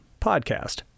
podcast